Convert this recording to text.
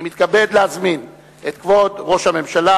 אני מתכבד להזמין את כבוד ראש הממשלה,